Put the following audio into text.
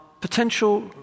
potential